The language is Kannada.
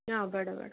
ಹಾಂ ಬೇಡ ಬೇಡ